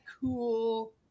cool